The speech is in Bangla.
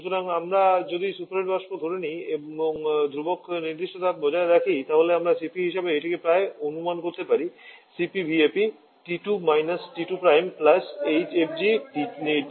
সুতরাং আমরা যদি সুপারহিট বাষ্প ধরে নিই এবং ধ্রুবক নির্দিষ্ট তাপ বজায় রাখি তবে আমরা CP হিসাবে এইটিকে প্রায় অনুমান করতে পারি Cp vap T2 − T2 hfg